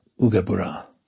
Ugebura